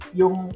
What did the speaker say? yung